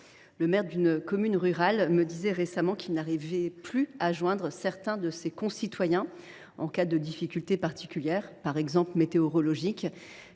le maire d’une commune rurale me disait récemment qu’il n’arrivait plus à joindre certains de ses concitoyens en cas de difficultés particulières, par exemple météorologiques,